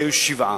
היה שבעה.